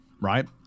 right